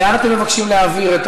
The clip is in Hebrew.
לאן אתם מבקשים להעביר?